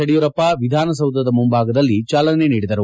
ಯಡಿಯೂರಪ್ಪ ವಿಧಾನಸೌಧದ ಮುಂಭಾಗದಲ್ಲಿ ಚಾಲನೆ ನೀಡಿದರು